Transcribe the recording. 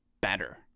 better